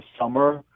summer